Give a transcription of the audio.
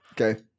Okay